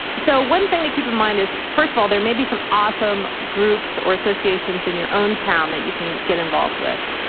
so one thing to keep in mind is, first of all, there may be some awesome groups or associations in your own town that you can get involved with.